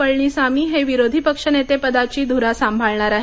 पळणीसामी हे विरोधी पक्षनेतेपदाचीधुरा सांभाळणार आहेत